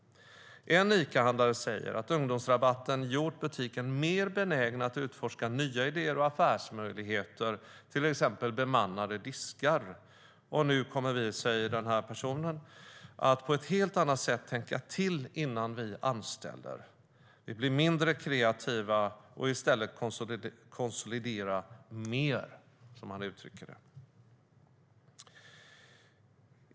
En Icahandlare säger att ungdomsrabatten har gjort butiksägarna mer benägna att utforska nya idéer och affärsmöjligheter, till exempel bemannade diskar. Den personen säger: "Nu kommer vi att tänka till på ett helt annat sätt innan vi anställer. Vi blir mindre kreativa och konsoliderar i stället mer."